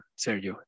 Sergio